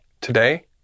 Today